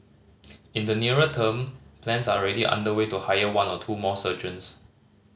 in the nearer term plans are already underway to hire one or two more surgeons